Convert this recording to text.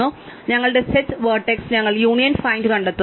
അതിനാൽ ഞങ്ങളുടെ set vertices ഞങ്ങൾ യൂണിയൻ ഫൈൻഡ് കണ്ടെത്തുന്നു